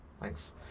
thanks